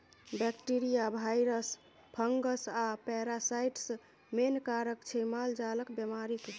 bacteria, virus, fungus आ parasite main कारक छै मालजालक बेमारीक